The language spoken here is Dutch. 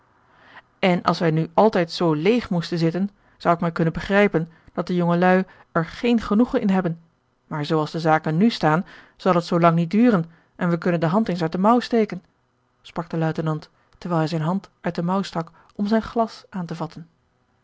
en als wij nu altijd zoo leêg moesten zitten zou ik mij kunnen begrijpen dat de jongelui er geen genoegen in hebben maar zoo als de zaken nu staan zal het zoo lang niet duren en wij kunnen de hand eens uit de mouw steken sprak de luitenant terwijl hij zijne hand uit de mouw stak om zijn glas aan te vatten